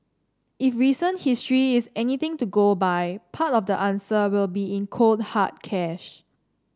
if recent history is anything to go by part of the answer will be in cold hard cash